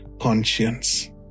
conscience